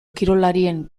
kirolarien